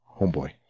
Homeboy